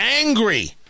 angry